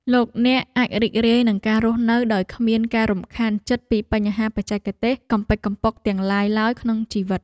លោកអ្នកអាចរីករាយនឹងការរស់នៅដោយគ្មានការរំខានចិត្តពីបញ្ហាបច្ចេកទេសកំប៉ិកកំប៉ុកទាំងឡាយឡើយក្នុងជីវិត។